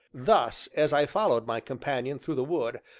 thus, as i followed my companion through the wood,